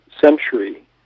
century